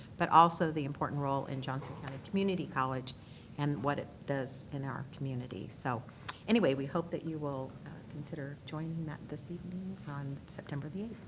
but also the important role in johnson county community college and what it does in our community. so anyway, we hope that you will consider joining that this evening on september eighth.